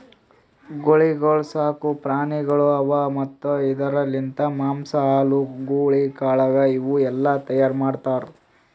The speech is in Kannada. ಗೂಳಿಗೊಳ್ ಸಾಕು ಪ್ರಾಣಿಗೊಳ್ ಅವಾ ಮತ್ತ್ ಇದುರ್ ಲಿಂತ್ ಮಾಂಸ, ಹಾಲು, ಗೂಳಿ ಕಾಳಗ ಇವು ಎಲ್ಲಾ ತೈಯಾರ್ ಮಾಡ್ತಾರ್